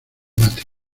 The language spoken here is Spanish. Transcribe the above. maten